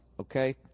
okay